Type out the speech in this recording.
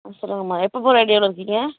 அப்புறோம்மா எப்போ போகற ஐடியாவில இருக்கீங்க